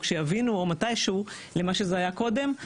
או כשיבינו או מתישהו למה שזה היה קודם,